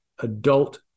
adult